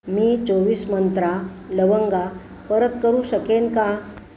मी चोवीस मंत्रा लवंगा परत करू शकेन का